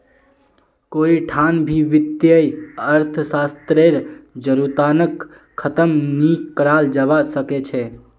कोई ठान भी वित्तीय अर्थशास्त्ररेर जरूरतक ख़तम नी कराल जवा सक छे